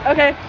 Okay